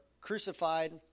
crucified